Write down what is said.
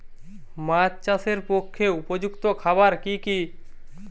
মাছ চাষের পক্ষে উপযুক্ত খাবার কি কি?